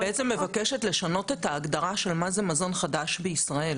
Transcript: את בעצם מבקשת לשנות את ההגדרה של מה זה מזון חדש בישראל.